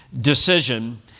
decision